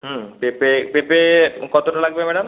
হুম পেঁপে পেঁপে কতটা লাগবে ম্যাডাম